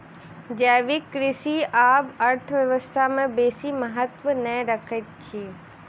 जैविक कृषि आब अर्थव्यवस्था में बेसी महत्त्व नै रखैत अछि